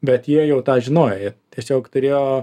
bet jie jau tą žinojo jie tiesiog turėjo